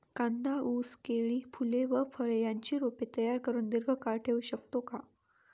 कांदा, ऊस, केळी, फूले व फळे यांची रोपे तयार करुन दिर्घकाळ ठेवू शकतो का?